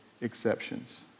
exceptions